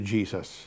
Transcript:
Jesus